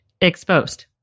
exposed